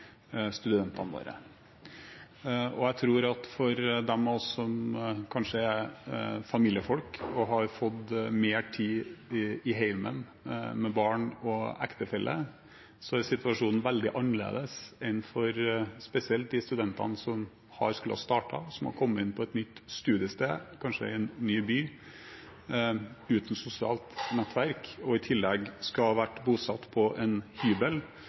studentene våre. Jeg tror at for dem av oss som kanskje er familiefolk og har fått mer tid hjemme med barn og ektefelle, er situasjonen veldig annerledes enn for spesielt de studentene som skulle ha startet, som har kommet inn på et nytt studiested, kanskje i en ny by, uten sosialt nettverk og i tillegg har vært bosatt på en hybel,